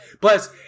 Plus